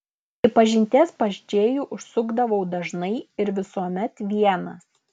iki pažinties pas džėjų užsukdavau dažnai ir visuomet vienas